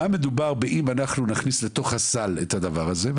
אם אנחנו נכניס לתוך הסל את הדבר הזה,